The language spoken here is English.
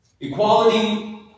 Equality